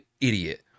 idiot